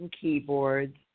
keyboards